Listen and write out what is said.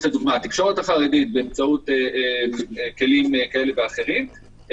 התקשורת החרדית ובאמצעות כלים כאלה ואחרים.